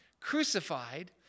crucified